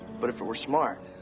but if it were smart.